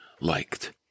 liked